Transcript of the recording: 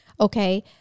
Okay